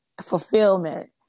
fulfillment